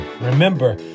Remember